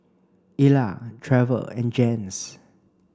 Ila Trever and Jens